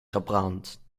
gebrand